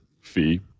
fee